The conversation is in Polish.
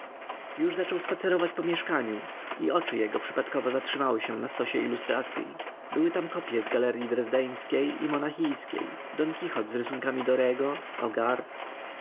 już zaczął spacerować po mieszkaniu i oczy jego przypadkowo zatrzymały się na stosie ilustracyi były tam kopie z galeryi drezdeńskiej i monachijskiej don quichot z rysunkami dorgo hogart